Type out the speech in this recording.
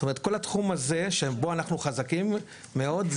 כל התחום הזה שבו אנחנו חזקים מאוד,